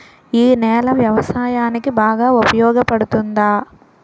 ఈ నేల వ్యవసాయానికి బాగా ఉపయోగపడుతుందా?